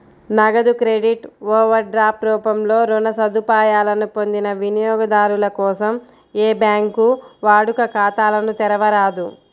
నగదు credit, overdraft రూపంలో రుణ సదుపాయాలను పొందిన వినియోగదారుల కోసం ఏ బ్యాంకూ వాడుక ఖాతాలను తెరవరాదు